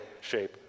shape